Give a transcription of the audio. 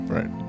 Right